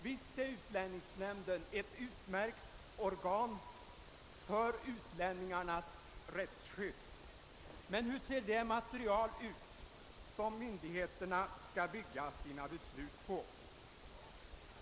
Visst är utlänningsnämnden ett utmärkt organ för invandrarnas rättsskydd, men hur ser det material ut som myndigheterna skall bygga sina beslut på?